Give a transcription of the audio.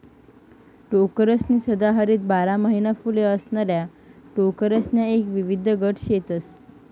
टोकरसनी सदाहरित बारा महिना फुले असणाऱ्या टोकरसण्या एक विविध गट शेतस